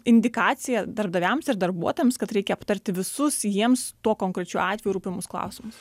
indikacija darbdaviams ir darbuotojams kad reikia aptarti visus jiems tuo konkrečiu atveju rūpimus klausimus